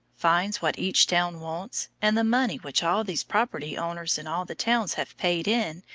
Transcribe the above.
finds what each town wants, and the money which all these property owners in all the towns have paid in,